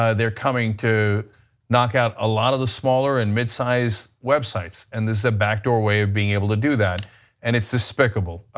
ah they are coming to knock out a lot of the smaller and midsized websites and this is a backdoor way of being able to do that and it is despicable.